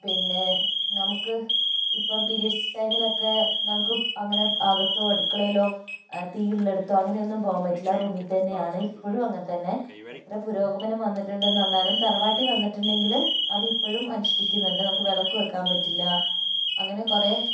പിന്നെ നമുക്ക് ഇപ്പോൾ പീരിയഡ്സ് ടൈമിലൊക്കെ നമുക്ക് അങ്ങനെ അകത്തോ അടുക്കളയിലോ തീയുള്ളടുത്തോ അങ്ങനെ ഒന്നും പോവാന് പറ്റില്ല റൂമിൽത്തന്നെയാണ് ഇപ്പോഴും അങ്ങനെത്തന്നെ എത്ര പുരോഗമനം വന്നിട്ടുണ്ടെന്ന് പറഞ്ഞാലും തറവാട്ടിൽ വന്നിട്ടുണ്ടെങ്കില് അതിപ്പോഴും അനുഷ്ഠിക്കുന്നുണ്ട് നമുക്ക് വിളക്ക് വയ്ക്കാന് പറ്റില്ല അങ്ങനെ കുറേ